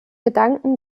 gedanken